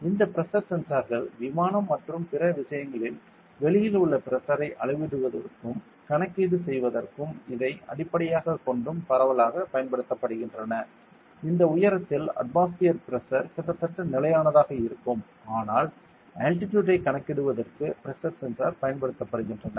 எனவே இந்த பிரஷர் சென்சார்கள் விமானம் மற்றும் பிற விஷயங்களில் வெளியில் உள்ள பிரஷரை அளவிடுவதற்கும் கணக்கீடு செய்வதற்கும் இதை அடிப்படையாகக் கொண்டும் பரவலாகப் பயன்படுத்தப்படுகின்றன அந்த உயரத்தில் அட்மாஸ்பியர் பிரஷர் கிட்டத்தட்ட நிலையானதாக இருக்கும் அதனால் அல்டிடியூட்டை கணக்கிடுவதற்கு பிரஷர் சென்சார் பயன்படுத்துகின்றன